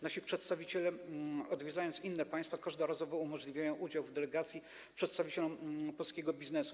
Nasi przedstawiciele, odwiedzając inne państwa, każdorazowo umożliwiają udział w delegacji przedstawicielom polskiego biznesu.